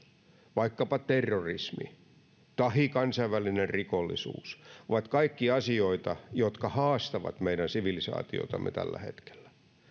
vaikkapa terrorismi ja kansainvälinen rikollisuus ovat kaikki asioita jotka haastavat meidän sivilisaatiotamme tällä hetkellä